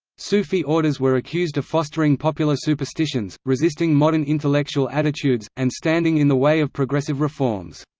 sufi orders were accused of fostering popular superstitions, resisting modern intellectual attitudes, and standing in the way of progressive reforms.